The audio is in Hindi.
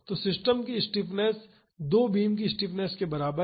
तो सिस्टम की स्टिफनेस दो बीम की स्टिफनेस के बराबर है